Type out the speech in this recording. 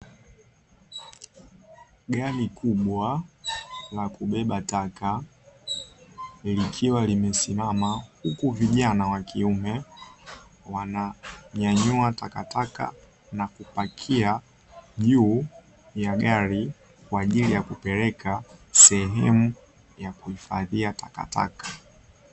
Gari kubwa la kubeba taka, likiwa limesimama, huku vijana wakiume wananyanyua takataka na kupakia juu ya gari kwa ajili ya kupeleka sehemu ya kuhifadhia takataka.